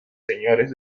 señores